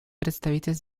представитель